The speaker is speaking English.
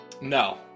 No